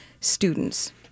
students